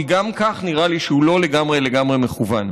כי גם כך נראה לי שהוא לא לגמרי לגמרי מכוון.